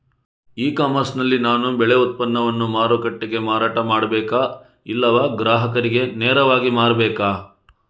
E commerce ನಲ್ಲಿ ನಾನು ಬೆಳೆ ಉತ್ಪನ್ನವನ್ನು ಮಾರುಕಟ್ಟೆಗೆ ಮಾರಾಟ ಮಾಡಬೇಕಾ ಇಲ್ಲವಾ ಗ್ರಾಹಕರಿಗೆ ನೇರವಾಗಿ ಮಾರಬೇಕಾ?